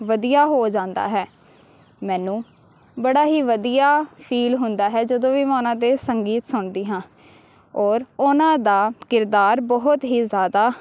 ਵਧੀਆ ਹੋ ਜਾਂਦਾ ਹੈ ਮੈਨੂੰ ਬੜਾ ਹੀ ਵਧੀਆ ਫੀਲ ਹੁੰਦਾ ਹੈ ਜਦੋਂ ਵੀ ਮੈਂ ਉਹਨਾਂ ਦੇ ਸੰਗੀਤ ਸੁਣਦੀ ਹਾਂ ਔਰ ਉਹਨਾਂ ਦਾ ਕਿਰਦਾਰ ਬਹੁਤ ਹੀ ਜ਼ਿਆਦਾ